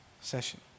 session